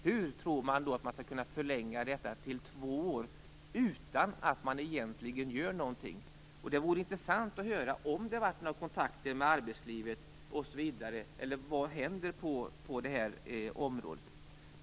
Hur tror man då att man skall kunna förlänga detta till två år utan att egentligen göra någonting? Det vore intressant att höra om det har varit några kontakter med arbetslivet. Eller vad händer på det här området?